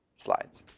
slides.